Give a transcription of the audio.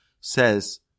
says